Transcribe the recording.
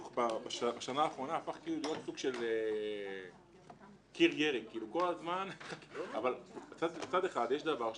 לשים את המצ'ינג של ה-25% ואז כל התקציב הולך לאיבוד.